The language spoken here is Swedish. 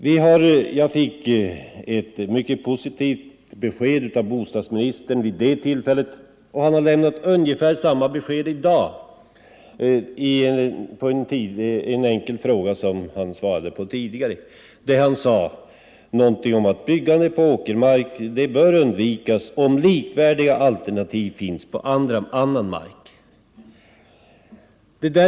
Bostadsministern lämnade mig vid ett tidigare tillfälle ett mycket positivt besked i denna sak, och han har lämnat ungefär samma besked som svar på en enkel fråga i dag. Han sade att byggande på åkermark bör undvikas om likvärdiga alternativ finns på annan mark.